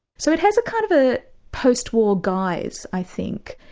so it has a kind of a post-war guise i think.